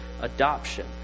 adoption